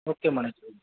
okay મનોજભઇ